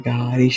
God